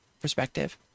perspective